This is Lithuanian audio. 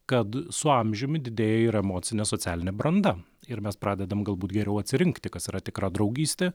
kad su amžiumi didėja ir emocinė socialinė branda ir mes pradedam galbūt geriau atsirinkti kas yra tikra draugystė